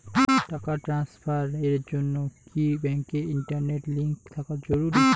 টাকা ট্রানস্ফারস এর জন্য কি ব্যাংকে ইন্টারনেট লিংঙ্ক থাকা জরুরি?